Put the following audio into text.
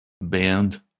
band